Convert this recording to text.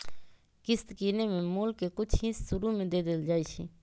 किस्त किनेए में मोल के कुछ हिस शुरू में दे देल जाइ छइ